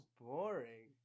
boring